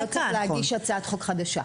לא צריך להגיש הצעת חוק חדשה.